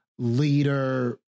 leader